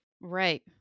Right